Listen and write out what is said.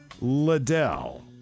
Liddell